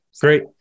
Great